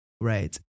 right